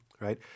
Right